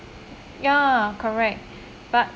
ya correct but